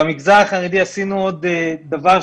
במגזר החרדי עשינו עוד דבר,